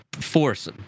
force